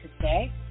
today